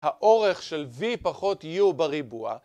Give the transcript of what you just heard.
האורך של v פחות u בריבוע.